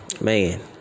Man